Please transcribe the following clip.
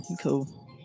Cool